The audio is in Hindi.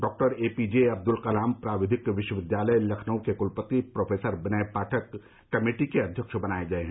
डॉ A P J Abdul Kalam प्राविधिक विश्वविद्यालय लखनऊ के क्लपति प्रोफेसर विनय पाठक कमेटी के अध्यक्ष बनाये गये हैं